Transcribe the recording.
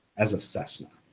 as a cessna.